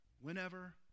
whenever